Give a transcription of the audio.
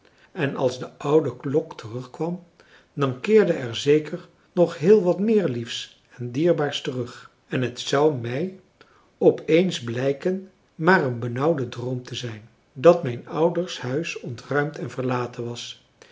en als de oude klok terugkwam dan keerde er zeker nog heel wat meer liefs en dierbaars terug en het zou mij op eens blijken maar een benauwde droom te zijn dat mijn ouders huis ontruimd en verlaten was